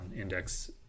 index